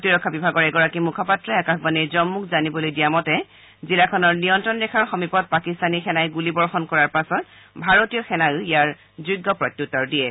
প্ৰতিৰক্ষা বিভাগৰ এগৰাকী মুখপাত্ৰই আকাশবাণীৰ জম্মুক জানিবলৈ মতে জিলাখনৰ নিয়ন্ত্ৰণ ৰেখাৰ সমীপত পাকিস্তানী সেনাই গুলীবৰ্ষণ কৰাৰ পাছত ভাৰতীয় সেনায়ো ইয়াৰ যোগ্য প্ৰত্যুত্তৰ দিয়ে